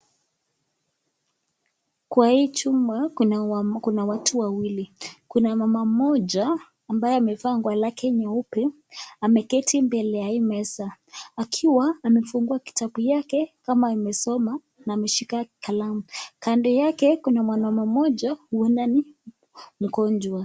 Kwa hii chumba kuna kuna watu wawili. Kuna mama mmoja ambaye amevaa nguo lake nyeupe. Ameketi mbele ya hii meza. Akiwa amefungua kitabu yake kama amesoma na ameshika kalamu. Kando yake kuna mwanamume mmoja huona ni mgonjwa.